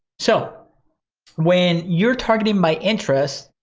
so when you're targeting my interests,